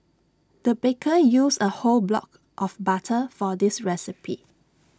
the baker used A whole block of butter for this recipe